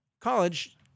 college